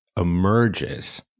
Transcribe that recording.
emerges